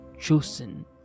chosen